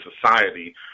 society